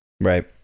Right